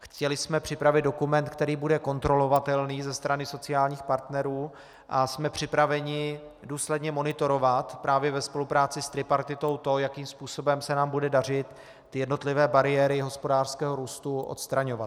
Chtěli jsme připravit dokument, který bude kontrolovatelný ze strany sociálních partnerů, a jsme připraveni důsledně monitorovat právě ve spolupráci s tripartitou to, jakým způsobem se nám bude dařit jednotlivé bariéry hospodářského růstu odstraňovat.